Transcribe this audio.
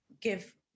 give